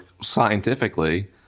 scientifically